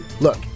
Look